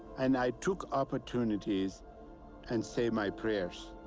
and i took opportunities and say my prayers.